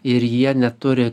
ir jie neturi